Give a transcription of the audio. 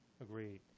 Agreed